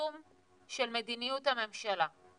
היישום של מדיניות הממשלה.